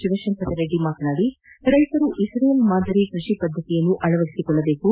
ಶಿವಶಂಕರರೆಡ್ಡಿ ಮಾತನಾಡಿ ರೈತರು ಇಕ್ರೇಲ್ ಮಾದರಿ ಕೃಷಿ ಪದ್ಧತಿಯನ್ನು ಅಳವಡಿಸೊಳ್ಳಬೇಕು